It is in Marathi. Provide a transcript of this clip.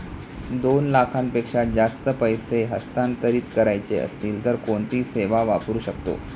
दोन लाखांपेक्षा जास्त पैसे हस्तांतरित करायचे असतील तर कोणती सेवा वापरू शकतो?